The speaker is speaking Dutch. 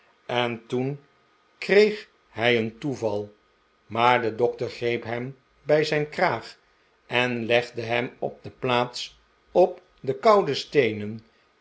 en toen kreeg hij een toeval maar de dokter greep hem bij zijn kraag en legde hem op de plaats op de koude steenen